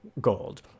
gold